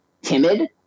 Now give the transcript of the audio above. timid